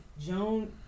Joan